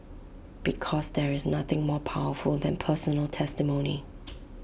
because there is nothing more powerful than personal testimony